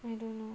I don't know